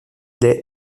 lay